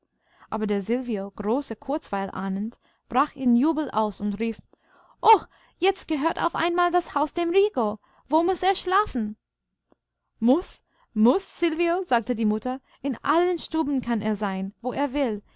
aber der silvio große kurzweil ahnend brach in jubel aus und rief o jetzt gehört auf einmal das haus dem rico wo muß er schlafen muß muß silvio sagte die mutter in allen stuben kann er sein wo er will